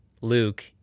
Luke